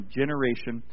generation